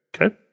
Okay